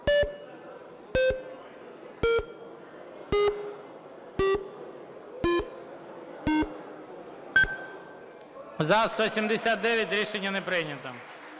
За-179 Рішення не прийнято.